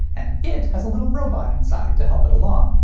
and it has a little robot inside to help it along.